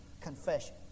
confession